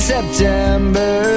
September